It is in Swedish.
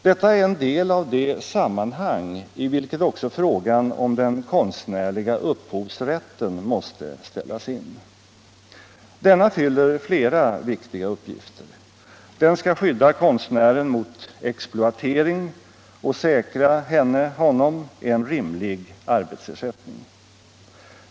Detta är en del av det sammanhang i vilket frågan om den konstnärliga upphovsrätten måste sättas in. Denna fyller flera viktiga uppgifter. Den skall skydda konstnären mot exploatering och säkra henne/honom en rimlig arbetsersättning.